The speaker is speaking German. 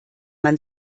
man